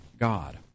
God